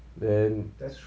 then